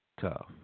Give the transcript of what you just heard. tough